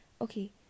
okay